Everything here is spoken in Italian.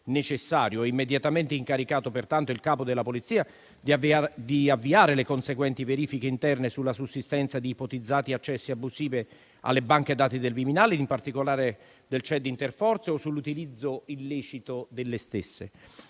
pertanto immediatamente incaricato il Capo della Polizia di avviare le conseguenti verifiche interne sulla sussistenza di ipotizzati accessi abusivi alle banche dati del Viminale e in particolare del CED Interforze, o sull'utilizzo illecito delle stesse.